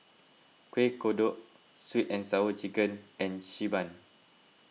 Kueh Kodok Sweet and Sour Chicken and Xi Ban